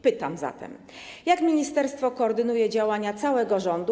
Pytam zatem: Jak ministerstwo koordynuje działania całego rządu?